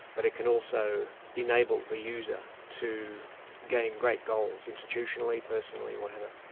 but it can also enable the user to gain great goals institutionally, personally, whatever.